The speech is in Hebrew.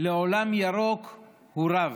לעולם ירוק הוא רב,